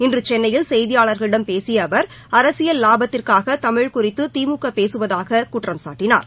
இன்று சென்னையில் செய்தியாளர்களிடம் பேசிய அவர் அரசியல் லாபத்திற்காக தமிழ் குறித்து திமுக பேசுவதாக குற்றம்சாட்டினார்